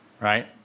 right